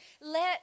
let